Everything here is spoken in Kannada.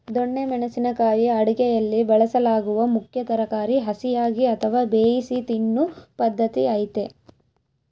ದೊಣ್ಣೆ ಮೆಣಸಿನ ಕಾಯಿ ಅಡುಗೆಯಲ್ಲಿ ಬಳಸಲಾಗುವ ಮುಖ್ಯ ತರಕಾರಿ ಹಸಿಯಾಗಿ ಅಥವಾ ಬೇಯಿಸಿ ತಿನ್ನೂ ಪದ್ಧತಿ ಐತೆ